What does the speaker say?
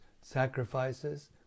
sacrifices